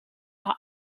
are